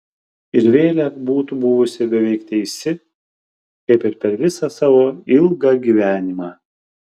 ir vėlek būtų buvusi beveik teisi kaip ir per visą savo ilgą gyvenimą